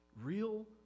Real